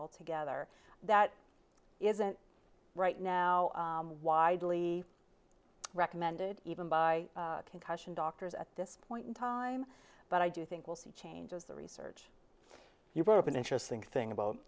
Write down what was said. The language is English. altogether that isn't right now why dilly recommended even by concussion doctors at this point in time but i do think we'll see changes the research you brought up an interesting thing about